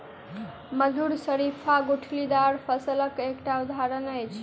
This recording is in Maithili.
मधुर शरीफा गुठलीदार फलक एकटा उदहारण अछि